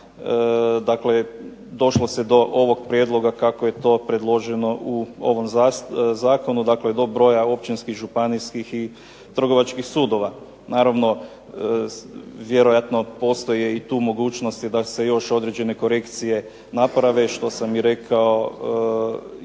sudova došlo se do ovog prijedloga kako je to predloženo u ovom zakonu, dakle do broja općinskih, županijskih i trgovačkih sudova. Naravno, vjerojatno postoje i tu mogućnosti da se još određene korekcije naprave što sam i rekao i